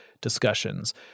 discussions